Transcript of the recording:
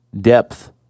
depth